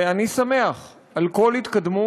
ואני שמח על כל התקדמות